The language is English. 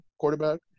quarterback